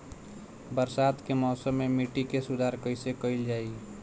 बरसात के मौसम में मिट्टी के सुधार कइसे कइल जाई?